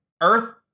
Earth